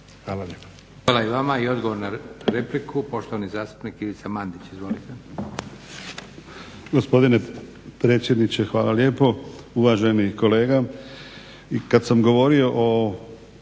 Hvala i vama. I odgovor na repliku, poštovani zastupnik Ivica Mandić. Izvolite.